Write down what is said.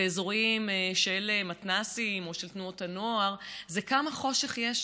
באזורים של מתנ"סים או של תנועות הנוער זה כמה חושך יש שם.